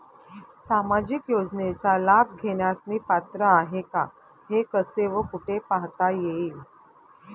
सामाजिक योजनेचा लाभ घेण्यास मी पात्र आहे का हे कसे व कुठे पाहता येईल?